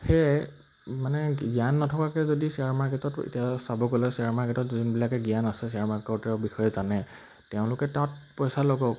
সেয়াই মানে জ্ঞান নথকাকৈ যদি শ্বেয়াৰ মাৰ্কেটত এতিয়া চাব গ'লে শ্বেয়াৰ মাৰ্কেটত যোনবিলাকে জ্ঞান আছে শ্বেয়াৰ মাৰ্কেটৰ বিষয়ে জানে তেওঁলোকে তাত পইচা লগাওক